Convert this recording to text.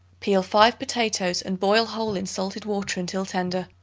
peel five potatoes and boil whole in salted water until tender.